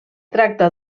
tracta